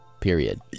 period